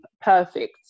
perfect